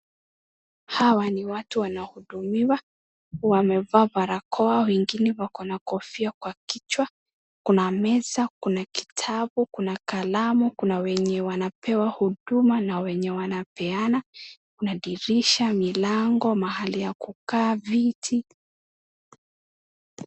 Hawa ni watu wanahudumiwa wamevaa barakoa na wakona kofia kwa kichwa kuna meza, kuna kitabu, kuna kalamu, kunawenye wanapewa huduma na kuna wenye wanapeana madirisha, milango mahali ya kukaa viti.